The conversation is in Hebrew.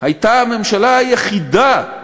הייתה הממשלה היחידה,